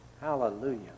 Hallelujah